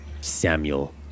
Samuel